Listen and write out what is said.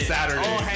Saturday